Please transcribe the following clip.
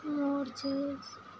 मोर छै